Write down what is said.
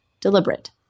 deliberate